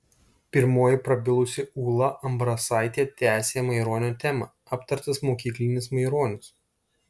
pirmoji prabilusi ūla ambrasaitė tęsė maironio temą aptartas mokyklinis maironis